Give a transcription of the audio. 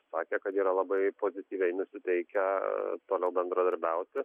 sakė kad yra labai pozityviai nusiteikę toliau bendradarbiauti